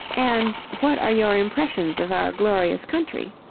and what are your impressions of our glorious country?